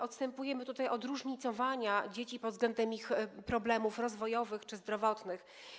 Odstępujemy tutaj od różnicowania dzieci pod względem ich problemów rozwojowych czy zdrowotnych.